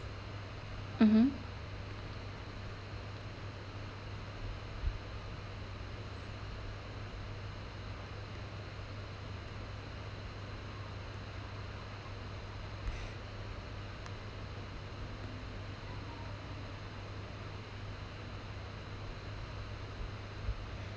mmhmm